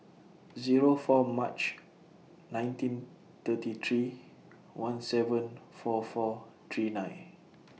Zero four March nineteen thirty three one seven four four three nine